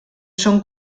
són